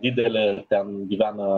didelė ten gyvena